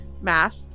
math